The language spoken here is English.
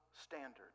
standard